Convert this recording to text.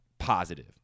positive